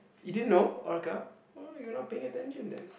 you didn't know orca oh you are not paying attention then